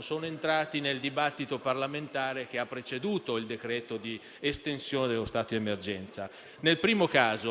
sono entrati nel dibattito Parlamentare, che ha preceduto il decreto di estensione dello stato di emergenza. Nel primo caso,